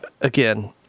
again